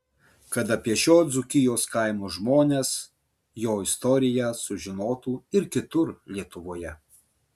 kad apie šio dzūkijos kaimo žmones jo istoriją sužinotų ir kitur lietuvoje